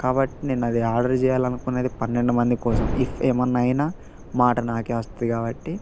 కాబట్టి నేను అది ఆర్డర్ చెయ్యాలి అనుకున్నది పన్నెండు మంది కోసం ఇఫ్ ఏమన్నా అయినా మాట నాకే వస్తుంది కాబట్టి